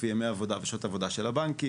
לפי ימי העבודה ושעות העבודה של הבנקים,